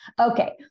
okay